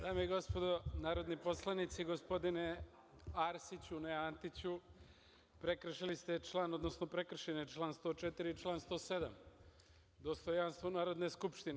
Dame i gospodo narodni poslanici, gospodine Arsiću, ne Antiću, prekršili ste član, odnosno prekršen je član 104. i član 107, dostojanstvo Narodne skupštine.